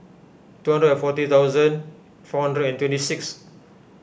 two hundred and forty thousand four hundred and twenty six